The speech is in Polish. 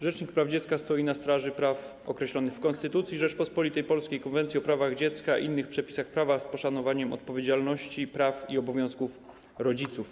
Rzecznik praw dziecka stoi na straży praw dziecka określonych w Konstytucji Rzeczypospolitej Polskiej, Konwencji o prawach dziecka i innych przepisach prawa, z poszanowaniem odpowiedzialności, praw i obowiązku rodziców.